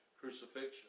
crucifixion